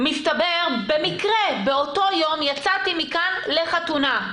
מסתבר, במקרה באותו יום יצאתי מכאן אל חתונה.